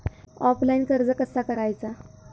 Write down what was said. Online कर्ज कसा करायचा?